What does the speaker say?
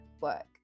Work